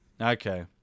Okay